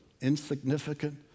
insignificant